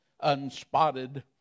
unspotted